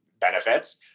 benefits